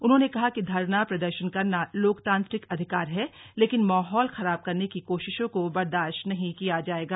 उन्होंने कहा कि धरना प्रदर्शन करना लोकतांत्रिक अधिकार है लेकिन माहौल खराब करने की कोशिशों को बर्दाश्त नहीं किया जाएगा